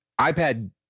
iPad